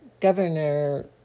governor